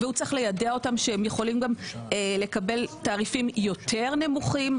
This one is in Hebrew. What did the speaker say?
והוא צריך ליידע אותם שהם יכולים גם לקבל תעריפים יותר נמוכים.